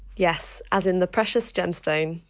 yes, as in the precious gemstone.